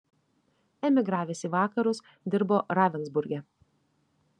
emigravęs į vakarus dirbo ravensburge